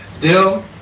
deal